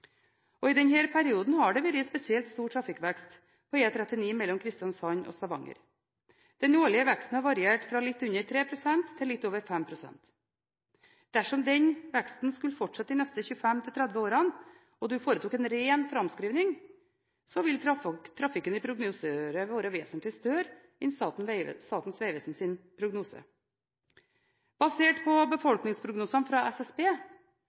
I denne perioden har det vært spesielt stor trafikkvekst på E39 mellom Kristiansand og Stavanger. Den årlige veksten har variert fra litt under 3 pst. til litt over 5 pst. Dersom den veksten skulle fortsette de neste 25–30 årene, og du foretok en ren framskrivning, ville trafikken i prognoseåret være vesentlig større enn Statens vegvesens prognose. Basert på befolkningsprognosene fra SSB